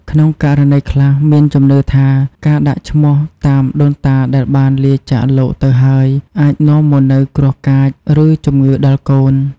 ក្នុងករណីខ្លះ មានជំនឿថា ការដាក់ឈ្មោះតាមដូនតាដែលបានលាចាកលោកទៅហើយ អាចនាំមកនូវគ្រោះកាច ឬជំងឺដល់កូន។